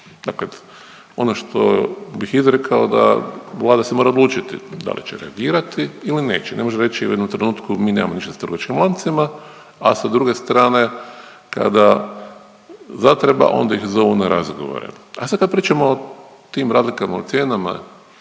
Dakle, ono što bih izrekao da Vlada se mora odlučiti da li će reagirati ili neće. Ne može reći u jednom trenutku mi nemamo ništa s trgovačkim lancima, a sa druge strane kada zatreba onda ih zovu na razgovore. A sad kad pričamo o tim razlikama o cijenama